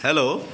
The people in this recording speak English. hello